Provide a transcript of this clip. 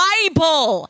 Bible